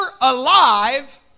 alive